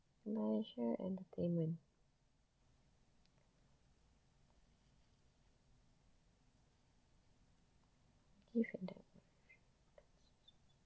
malaysia entertainment give and